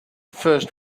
first